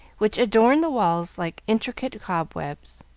which adorned the walls like intricate cobwebs.